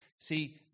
See